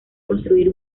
construir